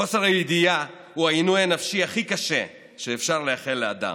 חוסר הידיעה הוא העינוי הנפשי הכי קשה שאפשר לאחל לאדם,